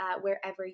wherever